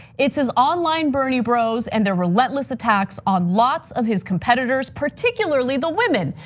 it's his online bernie bros and their relentless attacks on lots of his competitors, particularly the women.